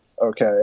okay